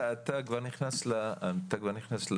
אתה כבר נכנס לפרטים,